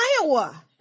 Iowa